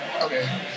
okay